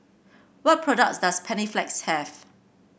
what products does Panaflex have